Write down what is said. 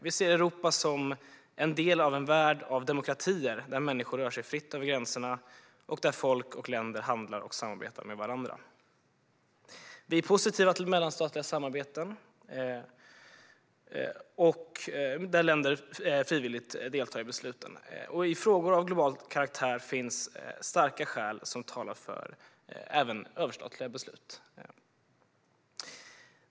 Vi ser Europa som en del av en värld av demokratier där människor rör sig fritt över gränserna och där folk och länder handlar och samarbetar med varandra. Vi är positiva till mellanstatliga samarbeten där länder frivilligt deltar i besluten. I frågor av global karaktär finns starka skäl som även talar för överstatliga beslut.